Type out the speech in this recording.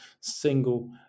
single